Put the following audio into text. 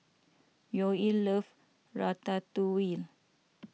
Yoel loves Ratatouille